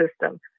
system